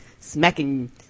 smacking